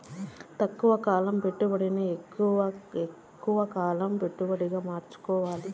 తక్కువ కాలం పెట్టుబడిని ఎక్కువగా కాలం పెట్టుబడిగా మార్చుకోవచ్చా?